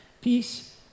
Peace